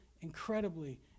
incredibly